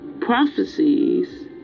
prophecies